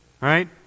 right